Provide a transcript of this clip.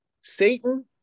Satan